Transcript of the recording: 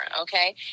okay